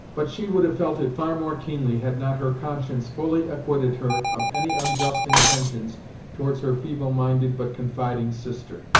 but she would have felt it far more keenly had not her conscience fully acquitted her of any unjust intentions towards her feeble-minded but confiding sister.